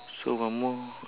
so one more